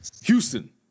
Houston